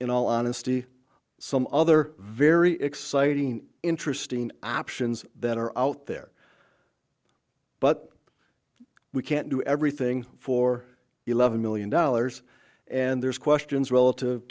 in all honesty some other very exciting interesting options that are out there but we can't do everything for eleven million dollars and there's questions relative